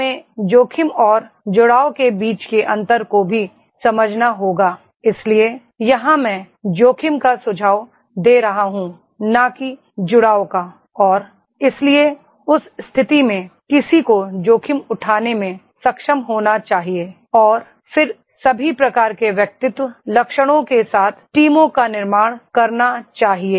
हमें जोखिम और जुए के बीच के अंतर को भी समझना होगा इसलिए यहां मैं जोखिम का सुझाव दे रहा हूं न कि जुए का और इसलिए उस स्थिति में किसी को जोखिम उठाने में सक्षम होना चाहिए और फिर सभी प्रकार के व्यक्तित्व लक्षणों के साथ टीमों का निर्माण करना चाहिए